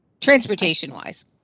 transportation-wise